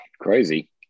Crazy